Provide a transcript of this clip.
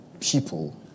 people